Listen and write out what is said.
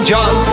John